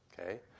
okay